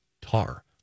tar